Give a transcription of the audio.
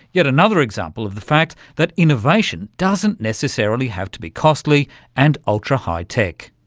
yet another example of the fact that innovation doesn't necessarily have to be costly and ultra-high-tech.